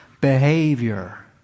Behavior